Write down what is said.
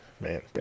man